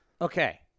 Okay